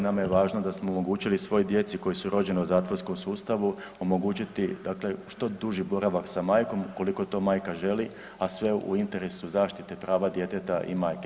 Nama je važno da smo omogućili svoj djeci koja su rođena u zatvorskom sustavu omogućiti dakle što duži boravak sa majkom ukoliko to majka želi, a sve u interesu zaštite prava djeteta i majke.